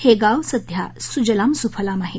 हे गाव सध्या सुजलाम सुफलाम आहे